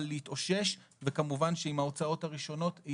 להתאושש ושיהיה לה מענה ראשוני להוצאות הראשונות.